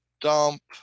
dump